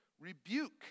rebuke